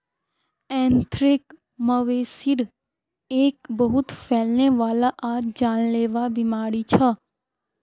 anthrax, मवेशिर एक बहुत फैलने वाला आर जानलेवा बीमारी छ